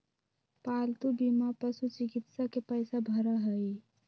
पालतू बीमा पशुचिकित्सा के पैसा भरा हई